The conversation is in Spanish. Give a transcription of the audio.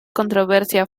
controversia